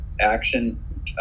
action